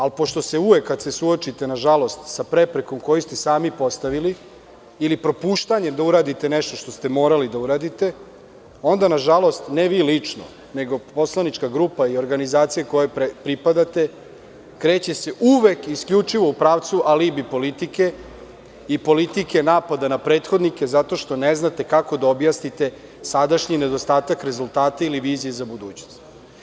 Ali, pošto se uvek kada se suočite sa preprekom koju ste sami postavili ili propuštanjem da uradite nešto što ste morali da uradite, onda, nažalost, ne vi lično, nego poslanička grupa i organizacija kojoj pripadate, kreće se uvek i isključivo u pravcu alibi politike i politike napada na prethodnike, zato što ne znate kako da objasnite sadašnji nedostatak rezultata ili vizije za budućnost.